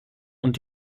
und